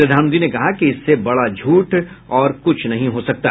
प्रधानमंत्री ने कहा कि इससे बडा झूठ और कुछ नहीं हो सकता